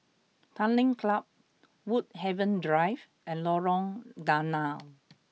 Tanglin Club Woodhaven Drive and Lorong Danau